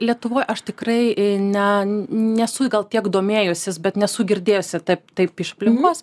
lietuvoje aš tikrai ne nesu gal tiek domėjusis bet nesu girdėjusi taip taip iš aplinkos